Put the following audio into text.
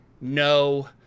no